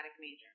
Major